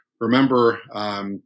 remember